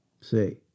see